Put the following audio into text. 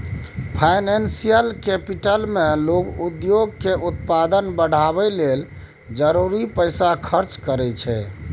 financial capital मे लोक उद्योग के उत्पादन बढ़ाबय लेल जरूरी पैसा खर्च करइ छै